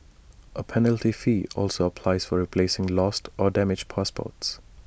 A penalty fee also applies for replacing lost or damaged passports